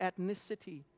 ethnicity